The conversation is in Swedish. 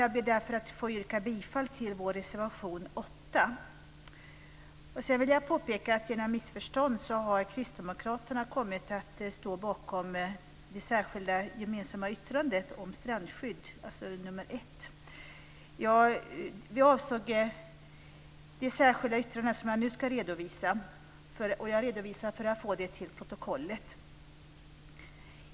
Jag yrkar därför bifall till vår reservation 8. Jag vill också påpeka att Kristdemokraterna genom missförstånd har kommit att stå bakom det särskilda gemensamma yttrandet om strandskydd, dvs. nr 1. Vi avsåg det särskilda yttrande som jag nu ska redovisa, och jag redovisar det för att få det till protokollet.